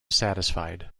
satisfied